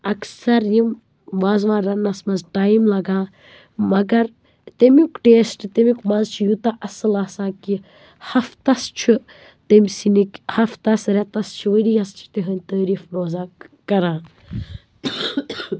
اکثر یِم وازوان رنٛنَس منٛز ٹایِم لگان مگر تَمیُک ٹیسٹ تَمِیُک مَزِ چھُ یوٗتاہ اَصٕل آسان کہِ ہفتس چھُ تَمہِ سِنِکۍ ہفتس رٮ۪تس چھُ ؤرِیٮَس چھُ تِہٕنٛدۍ تٲریٖف روزان کَران